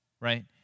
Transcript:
right